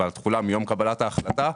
אבל התחולה מיום קבלת ההחלטה,